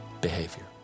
behavior